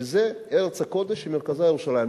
וזה ארץ הקודש שמרכזה ירושלים.